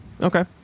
Okay